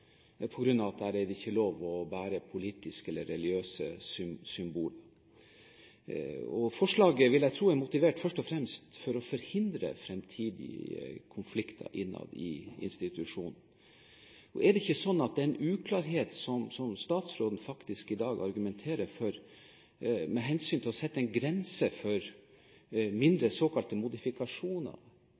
er lov å bære politiske eller religiøse symboler. Forslaget er motivert – vil jeg tro – først og fremst av å ville forhindre fremtidige konflikter innad i institusjonen. Er det ikke slik at den uklarheten når det gjelder det å sette en grense for mindre såkalte modifikasjoner, som statsråden faktisk i dag argumenterer for, nå overlates til